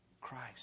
Christ